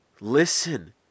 Listen